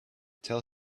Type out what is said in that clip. tell